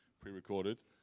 pre-recorded